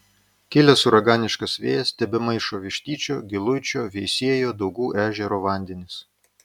kilęs uraganiškas vėjas tebemaišo vištyčio giluičio veisiejo daugų ežero vandenis